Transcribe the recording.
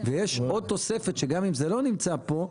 ויש עוד תופסת שגם אם זה לא נמצא פה,